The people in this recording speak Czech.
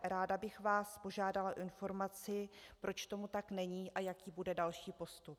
Ráda bych vás požádala o informaci, proč tomu tak není a jaký bude další postup.